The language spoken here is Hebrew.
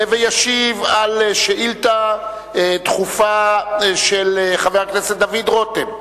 וישיב על שאילתא דחופה של חבר הכנסת דוד רותם,